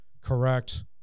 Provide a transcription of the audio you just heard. correct